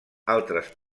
altres